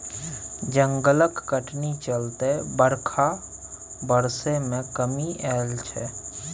जंगलक कटनी चलते बरखा बरसय मे कमी आएल छै